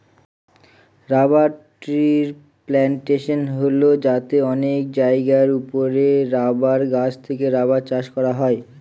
rubber ট্রির plantation হল যাতে অনেক জায়গার ওপরে রাবার গাছ থেকে রাবার চাষ করা হয়